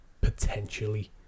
potentially